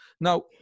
Now